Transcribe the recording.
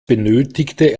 benötigte